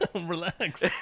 relax